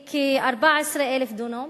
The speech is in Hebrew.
הוא כ-14,000 דונם.